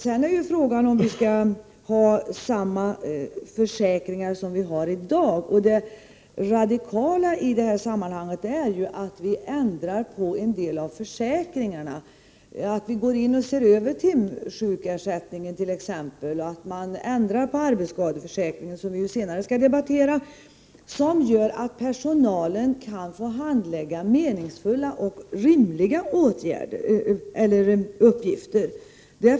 I övrigt är frågan om vi skall ha kvar samma försäkringar som vi har i dag. Den radikala åtgärden i det sammanhanget skulle vara att vi ändrade på en del av försäkringarna, t.ex. att vi ser över timsjukersättningen och förändrar arbetsskadeförsäkringen, som vi ju skall behandla senare, på ett sådant sätt att personalen får meningsfulla och rimliga uppgifter. Det har den inte i dag.